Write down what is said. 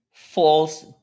False